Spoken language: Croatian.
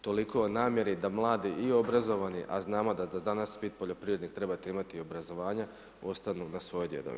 Toliko o namjeri da mladi i obrazovani, a znamo da danas bit poljoprivrednik trebate imati i obrazovanja, ostanu na svojoj djedovini.